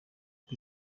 uko